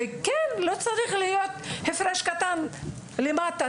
לא צריך להיות הפרש קטן מלמטה,